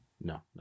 No